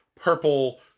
purple